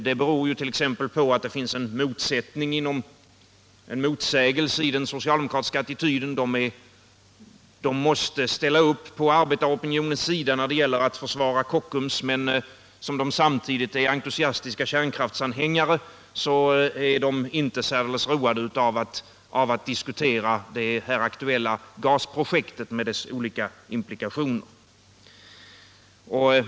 Detta beror bl.a. på att det finns en motsägelse i den socialdemokratiska attityden: socialdemokraterna måste ställa upp på arbetaropinionens sida när det gäller att försvara Kockums, men eftersom de samtidigt är entusiastiska kärnkraftsanhängare är de inte särdeles roade av att diskutera det här aktuella gasprojektet med dess olika implikationer.